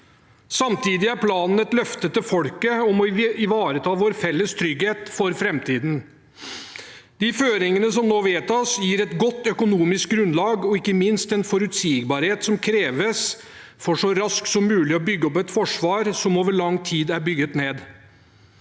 Samtidig er planen et løfte til folket om å ivareta vår felles trygghet for framtiden. De føringene som nå vedtas, gir et godt økonomisk grunnlag og ikke minst en forutsigbarhet som kreves for så raskt som mulig å bygge opp et forsvar som over lang tid er bygget ned.